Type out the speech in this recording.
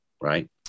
right